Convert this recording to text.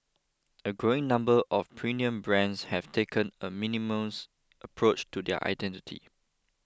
a growing number of premium brands have taken a minimalist approach to their identity